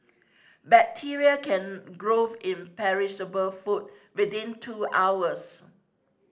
bacteria can growth in perishable food within two hours